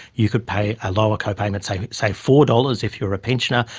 you could pay a lower co-payment, say say four dollars if you were a pensioner,